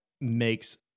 makes